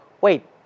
wait